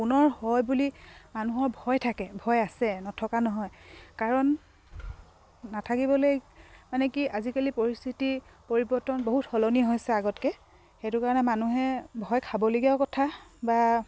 পুনৰ হয় বুলি মানুহৰ ভয় থাকে ভয় আছে নথকা নহয় কাৰণ নাথাকিবলৈ মানে কি আজিকালি পৰিস্থিতি পৰিৱৰ্তন বহুত সলনি হৈছে আগতকে সেইটো কাৰণে মানুহে ভয় খাবলগীয়াও কথা বা